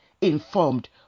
informed